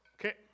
Okay